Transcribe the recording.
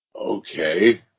Okay